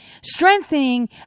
Strengthening